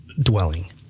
dwelling